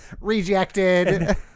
rejected